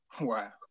Wow